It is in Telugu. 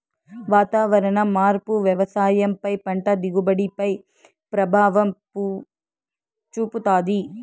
వాతావరణ మార్పు వ్యవసాయం పై పంట దిగుబడి పై ప్రభావం చూపుతాది